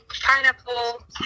pineapple